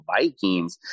Vikings